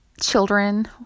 children